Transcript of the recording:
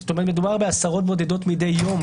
זאת אומרת, מדובר בעשרות בודדות מדי יום.